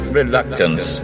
reluctance